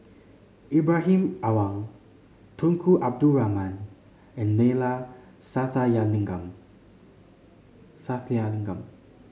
Ibrahim Awang Tunku Abdul Rahman and Neila Sathyalingam